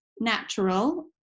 natural